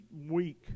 week